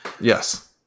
Yes